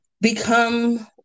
become